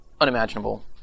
unimaginable